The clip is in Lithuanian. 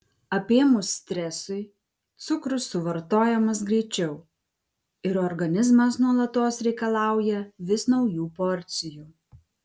apėmus stresui cukrus suvartojamas greičiau ir organizmas nuolatos reikalauja vis naujų porcijų